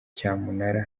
cyamunara